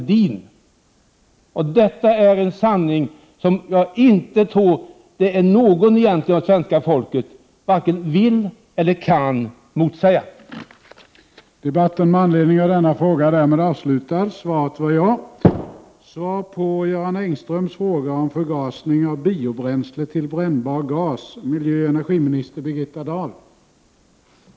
Detta är en sanning som jag tror att egentligen ingen i vårt svenska folk vare sig vill eller kan motsäga.